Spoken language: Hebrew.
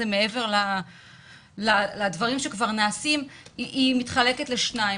מעבר לדברים שכבר נעשים מתחלקת לשניים.